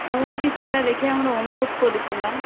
এমনকি সেটা দেখে আমরা অনুভব করেছিলাম